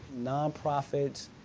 nonprofits